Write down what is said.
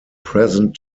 present